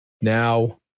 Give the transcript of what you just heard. now